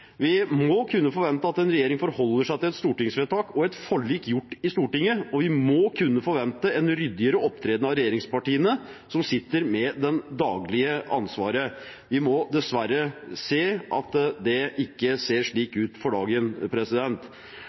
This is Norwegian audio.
Vi må kunne forvente at en regjering forholder seg til et stortingsvedtak og et forlik gjort i Stortinget, og vi må kunne forvente en ryddigere opptreden av regjeringspartiene, som sitter med det daglige ansvaret. Vi må dessverre si at det ikke ser slik ut om dagen.